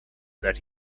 that